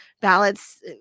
ballots